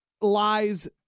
lies